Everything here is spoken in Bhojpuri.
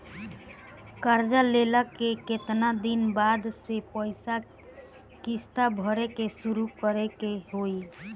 कर्जा लेला के केतना दिन बाद से पैसा किश्त भरे के शुरू करे के होई?